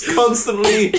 constantly